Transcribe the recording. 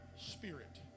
spirit